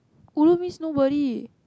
ulu means nobody